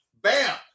Bam